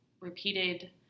repeated